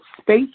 space